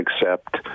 accept